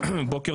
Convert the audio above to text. בוקר